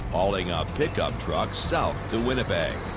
hauling a pickup truck south to winnipeg.